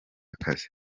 akazi